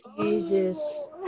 Jesus